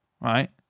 right